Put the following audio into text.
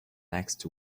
next